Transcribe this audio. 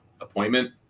Appointment